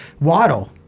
Waddle